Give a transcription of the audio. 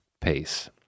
pace